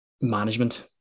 management